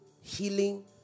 healing